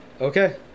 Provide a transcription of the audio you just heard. Okay